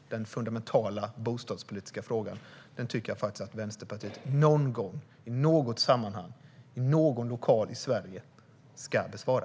Denna fundamentala bostadspolitiska fråga tycker jag faktiskt att Vänsterpartiet någon gång, i något sammanhang och i någon lokal i Sverige ska besvara.